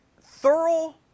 thorough